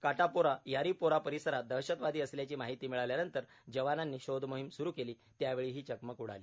काटापोरा यारीपोरा परिसरात दहशतवादी असल्याची माहिती मिळाल्यानंतर जवानांनी शोधमोहीम स्रु केलीए त्यावेळी ही चकमक उडाली